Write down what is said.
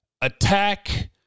attack